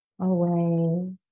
away